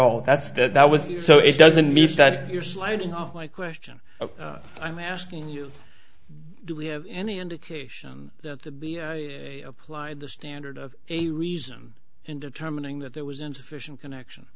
all that's that was you so it doesn't mean that you're sliding off my question i'm asking you do we have any indication that the be applied the standard of a reason in determining that there was insufficient connection